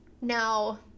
Now